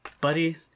buddy